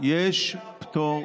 יש פטור,